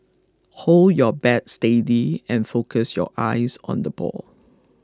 hold your bat steady and focus your eyes on the ball